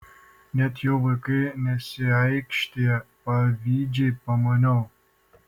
net jų vaikai nesiaikštija pavydžiai pamaniau